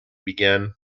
began